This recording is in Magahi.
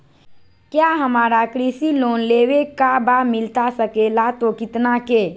क्या हमारा कृषि लोन लेवे का बा मिलता सके ला तो कितना के?